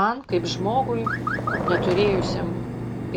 man kaip žmogui neturėjusiam